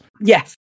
Yes